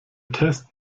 test